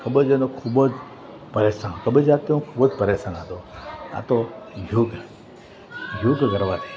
કબજિયાતનો ખૂબ જ પરેશાન કબજિયાતથી હું ખૂબ જ પરેશાન હતો આ તો યોગ યોગ કરવાથી